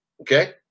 okay